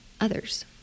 others